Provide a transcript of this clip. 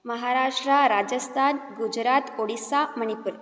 Maharashtra Rajasthan Gujarat Odisha Manipur